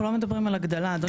אנחנו לא מסתכלים על הגדלה אדוני.